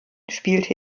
spielte